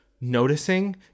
noticing